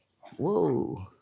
Whoa